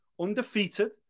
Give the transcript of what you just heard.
undefeated